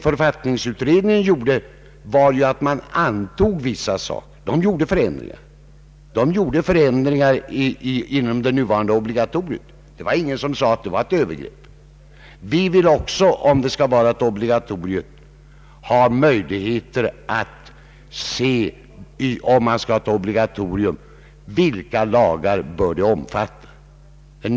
Författningsutredningen föreslog redan den att man skulle göra vissa förändringar inom det nuvarande obligatoriet, och ingen sade då att det var ett övergrepp. Om det skall vara ett obligatorium i fortsättningen, vill vi också ha möjlighet att vinna erfarenhet om vilka lagar det i så fall bör omfatta.